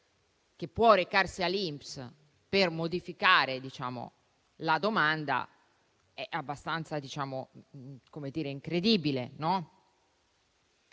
può recarsi all'INPS per modificare la domanda è abbastanza incredibile.